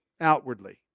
outwardly